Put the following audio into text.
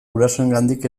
gurasoengandik